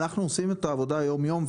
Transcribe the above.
אנחנו עושים את העבודה יום-יום.